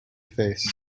face